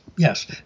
Yes